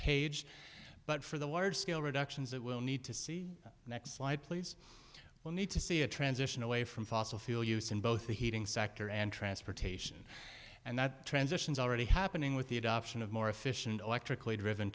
page but for the large scale reductions that we'll need to see next slide please well need to see a transition away from fossil fuel use in both the heating sector and transportation and that transitions already happening with the adoption of more efficient electrically driven